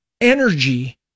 energy